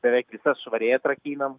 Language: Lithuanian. beveik visas švariai atrakinam